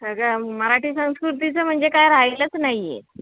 सगळं मराठी संस्कृतीचं म्हणजे काही राहीलंच नाही आहे